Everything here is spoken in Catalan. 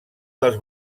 dels